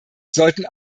sollten